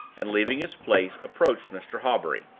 and, leaving his place, approached mr. hawbury.